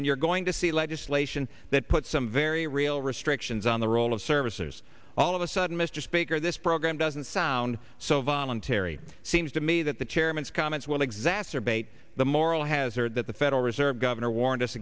you're going to see legislation that put some very real restrictions on the role of servicers all of a sudden mr speaker this program doesn't sound so voluntary seems to me that the chairman's comments will exacerbate the moral hazard that the federal reserve governor warned us